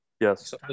Yes